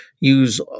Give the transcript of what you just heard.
use